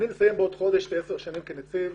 אני מסיים בעוד כחודש 10 שנות כהונה כנציב,